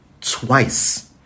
twice